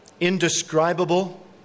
indescribable